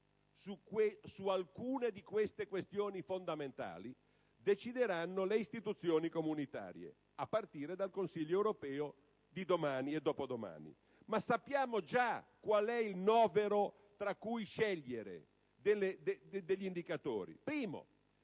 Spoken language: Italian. Su alcune di queste questioni fondamentali decideranno le istituzioni comunitarie, a partire dal Consiglio europeo di domani e dopodomani. Sappiamo già, tuttavia, qual è il novero degli indicatori tra